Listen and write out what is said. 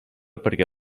perquè